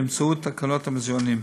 באמצעות תקנות המוזיאונים.